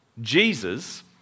Jesus